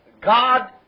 God